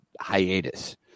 hiatus